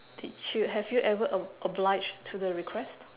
did you have you ever ob~ obliged to the request